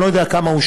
אני לא יודע מה הוא,